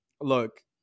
look